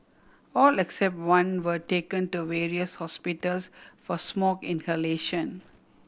all except one were taken to various hospitals for smoke inhalation